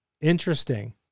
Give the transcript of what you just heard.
interesting